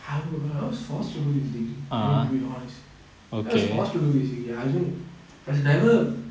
I was forced to do this degree really to be honest I was forced to do this degree I just I was never